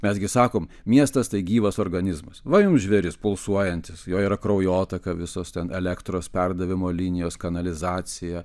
mes gi sakom miestas tai gyvas organizmas va jums žvėris pulsuojantis jo yra kraujotaka visos ten elektros perdavimo linijos kanalizacija